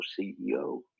CEO